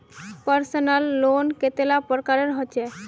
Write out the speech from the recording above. Personal loan कतेला प्रकारेर होचे?